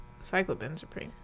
cyclobenzaprine